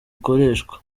ikoreshwa